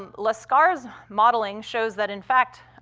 um laskar's modeling shows that, in fact,